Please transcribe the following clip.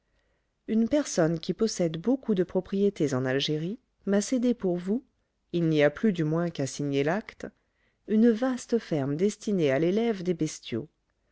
une personne qui possède beaucoup de propriétés en algérie m'a cédé pour vous il n'y a plus du moins qu'à signer l'acte une vaste ferme destinée à l'élève des bestiaux